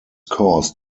caused